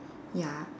ya